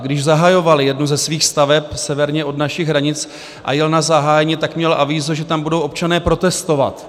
Když zahajovali jednu ze svých staveb severně od našich hranic a jel na zahájení, tak měl avízo, že tam budou občané protestovat.